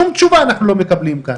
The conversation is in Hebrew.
שום תשובה אנחנו לא מקבלים כאן.